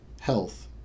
health